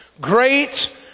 great